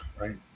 right